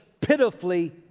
pitifully